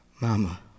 Mama